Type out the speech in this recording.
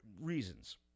reasons